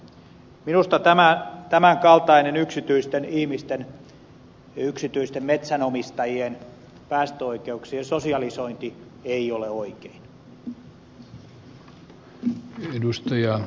minusta tämän kaltainen yksityisten ihmisten ja yksityisten metsänomistajien päästöoikeuksien sosialisointi ei ole oikein